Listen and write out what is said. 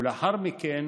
ולאחר מכן